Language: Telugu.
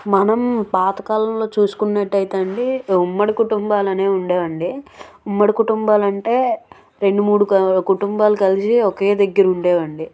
మనం పాతకాలంలో చూసుకున్నట్టయితే అండి ఉమ్మడి కుటుంబాలు అనేవి ఉండేవండి ఉమ్మడి కుటుంబాలు అంటే రెండు మూడు కా కుటుంబాలు కలిసి ఒకే దగ్గర ఉం డేవండి